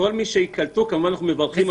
כל מי שייקלטו אנחנו כמובן מברכים על כך.